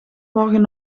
morgen